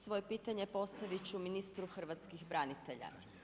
Svoje pitanje postavit ću ministru hrvatskih branitelja.